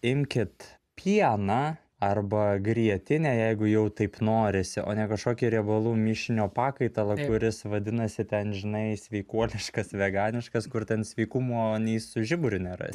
imkit pieną arba grietinę jeigu jau taip norisi o ne kažkokį riebalų mišinio pakaitalą kuris vadinasi ten žinai sveikuoliškas veganiškas kur ten sveikumo nei su žiburiu nerasi